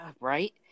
Right